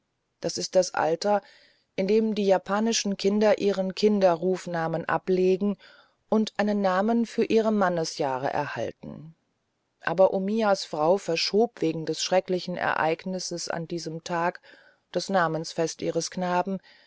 das ist das alter in dem die japanischen kinder ihren kinderrufnamen ablegen und einen namen für ihre mannesjahre erhalten aber omiyas frau verschob wegen des schrecklichen ereignisses an diesem tage das namensfest ihres knaben